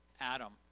Adam